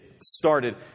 started